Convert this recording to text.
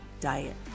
Diet